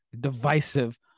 divisive